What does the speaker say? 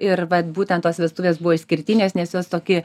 ir va būtent tos vestuvės buvo išskirtinės nes jos tokį